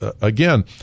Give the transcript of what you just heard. again